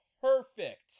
perfect